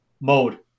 mode